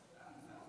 אנחנו כל יום בנגב,